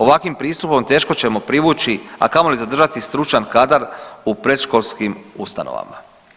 Ovakvim pristupom teško ćemo privući, a kamoli zadržati stručan kadar u predškolskim ustanovama.